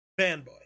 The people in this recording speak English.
Fanboy